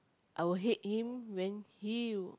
I will hate him when he